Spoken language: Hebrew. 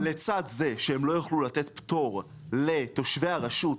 לצד זה שהם לא יכלו לתת פטור לתושבי הרשות,